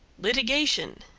litigation,